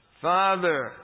father